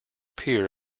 pier